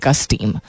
steam